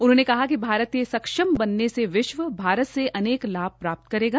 उन्होंने कहा कि भारत के सक्षम बनने से विश्व भारत से अनेक लाभ प्राप्त करेगा